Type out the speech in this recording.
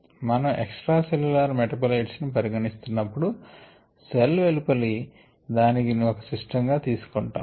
మనం extra cellular metabolites ని పరిగణిస్తున్నపుడు సెల్ వెలుపలి దానిని ఒక సిస్టం గా తీసుకొంటాము